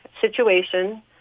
situation